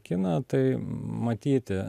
kiną tai matyti